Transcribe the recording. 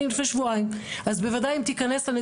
כמה זמן אמור לקחת?